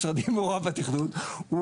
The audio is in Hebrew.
משרדי מעורב בתכנון,